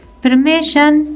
permission